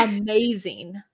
amazing